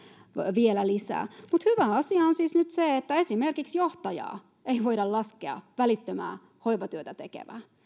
vielä lisää mutta hyvä asia on siis nyt se että esimerkiksi johtajaa ei voida laskea välitöntä hoivatyötä tekeväksi